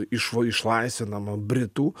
išva išlaisvinama britų